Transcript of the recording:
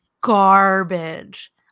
garbage